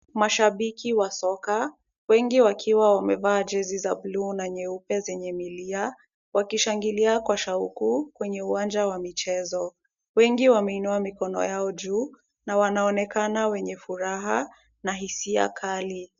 Mashabiki wa soka, wengi wakiwa wamevaa jezi za buluu na nyeupe zenye milia, wakishangilia kwa shauku kwenye uwanja wa michezo. Wengi wameinua mikono yao juu na wanaonekana wenye furaha na hisia kali.